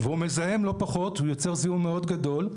והוא מזהם לא פחות ויוצר זיהום מאוד גדול.